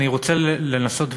אני רוצה לנסות,